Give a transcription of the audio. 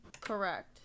Correct